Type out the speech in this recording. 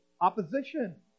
opposition